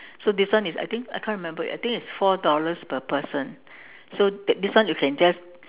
so this one is I think I can't remember I think it's four dollars per person so this one you can just